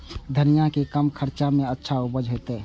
धनिया के कम खर्चा में अच्छा उपज होते?